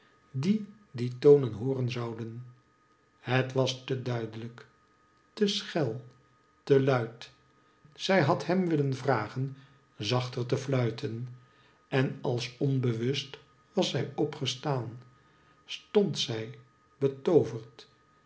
die die tonen hooren zouden het was te duidelijk te schel te luid zij had hem willen vragen zachter te fluiten en als onbewust was zij opgestaan stond zij betooverd